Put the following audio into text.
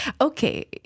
Okay